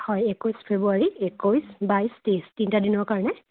হয় একৈছ ফেব্ৰুৱাৰী একৈছ বাইছ তেইছ তিনিটা দিনৰ কাৰণে